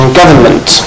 government